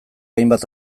hainbat